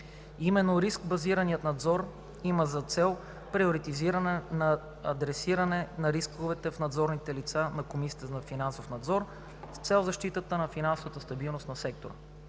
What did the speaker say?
Именно риск-базираният надзор има за цел приоритизиране и адресиране на рисковете в поднадзорните лица на Комисията за финансов надзор с цел защитата на финансовата стабилност на сектора.